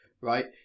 right